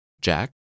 Jack